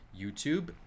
YouTube